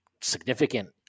significant